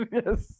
yes